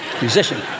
musician